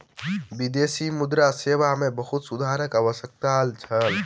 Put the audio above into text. विदेशी मुद्रा सेवा मे बहुत सुधारक आवश्यकता छल